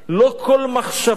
לא כל מחשבה,